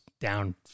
down